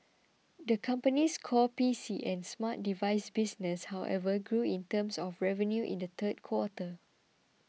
the company's core P C and smart device business however grew in terms of revenue in the third quarter